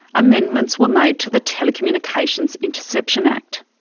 amendments were made to the telecommunications interception act.